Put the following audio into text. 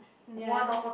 ya